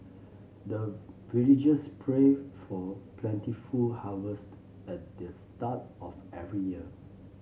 the villagers pray for plentiful harvest at the start of every year